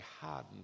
hardened